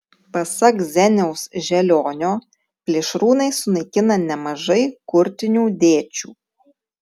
pasak zeniaus želionio plėšrūnai sunaikina nemažai kurtinių dėčių